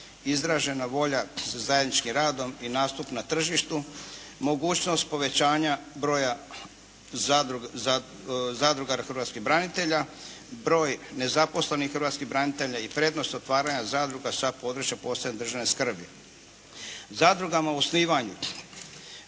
izražena volja za zajedničkim radom i nastup na tržištu, mogućnost povećanja broja zadrugara hrvatskih branitelja, broj nezaposlenih hrvatskih branitelja i prednost otvaranja zadruga sa područja posebne državne skrbi. Zadrugama u osnivanju